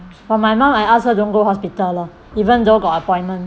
for my mum I ask her don't go hospital lor even though got appointment